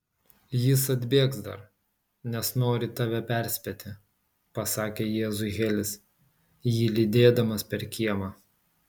jis atbėgs dar nes nori tave perspėti pasakė jėzui helis jį lydėdamas per kiemą